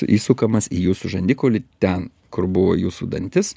įsukamas į jūsų žandikaulį ten kur buvo jūsų dantis